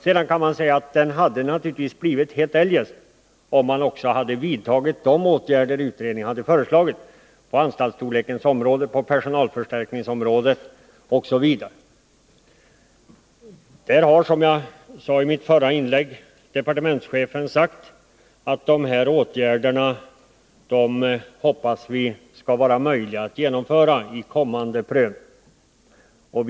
Sedan kan man säga att den här reformen naturligtvis hade blivit helt annorlunda om man också hade vidtagit de åtgärder som utredningen föreslog vad avser anstaltsstorlek, personalförstärkning osv. Som jag sade i mitt förra inlägg har departementschefen sagt, att han hoppas att det skall vara möjligt att genomföra de åtgärderna vid en kommande prövning.